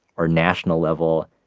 or national level,